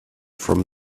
from